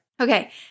Okay